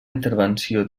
intervenció